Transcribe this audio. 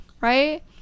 right